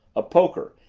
a poker,